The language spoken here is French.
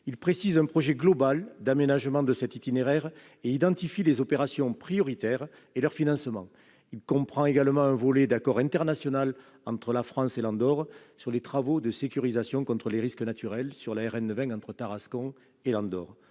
Il précise un projet global d'aménagement de cet itinéraire et identifie les opérations prioritaires et leur financement. Il comprend également un volet d'accord international entre la France et Andorre sur les travaux de sécurisation contre les risques naturels sur la RN 20 entre Tarascon et Andorre.